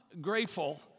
grateful